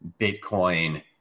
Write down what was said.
Bitcoin